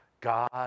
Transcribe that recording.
God